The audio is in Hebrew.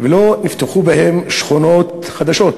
ולא נפתחו בהם שכונות חדשות,